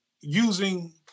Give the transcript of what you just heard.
using